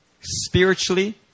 spiritually